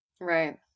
Right